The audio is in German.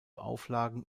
auflagen